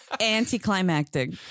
anticlimactic